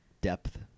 depth